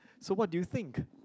so what do you think